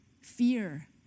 fear